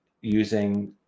using